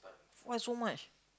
why so much